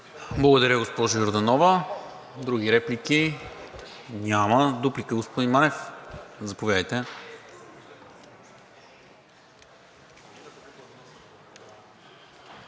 Благодаря, госпожо Йорданова. Други реплики? Няма. Дуплика, господин Манев? Заповядайте.